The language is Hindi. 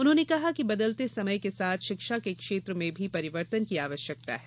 उन्होंने कहा कि बदलते समय के साथ शिक्षा के क्षेत्र में भी परिवर्तन की आवश्यकता है